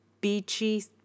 beachy